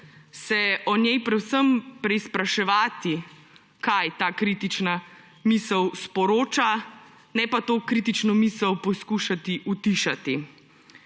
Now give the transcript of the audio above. se o njej predvsem preizpraševati, kaj ta kritična misel sporoča, ne pa te kritične misli poizkušati utišati.